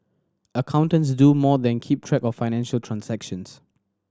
accountants do more than keep track of financial transactions